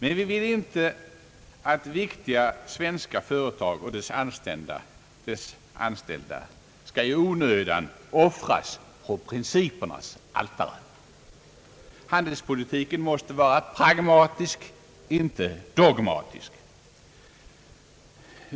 Vi vill dock inte att viktiga svenska företag och dessas anställda i onödan skall "offras på principernas altare. Handels politiken måste vara pragmatisk, inte dogmatisk.